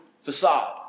facade